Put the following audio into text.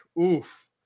oof